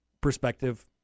perspective